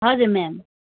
हजुर म्याम